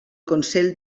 consell